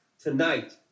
tonight